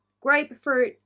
Grapefruit